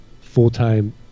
full-time